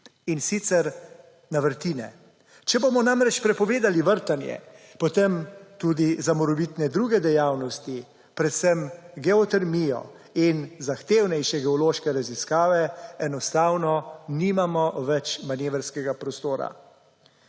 in sicer na vrtine. Če bomo namreč prepovedali vrtanje, potem tudi za morebitne druge dejavnosti, predvsem geotermijo in zahtevnejše geološke raziskave, enostavno nimamo več manevrskega prostora.